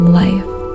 life